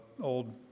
old